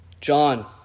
john